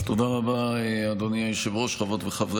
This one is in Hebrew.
חוק ומשפט להכנתה לקריאה השנייה והשלישית.